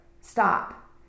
stop